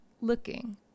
looking